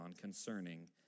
concerning